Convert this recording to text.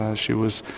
ah she was